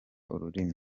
ururimi